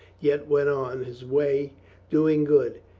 yet went on his way do ing good.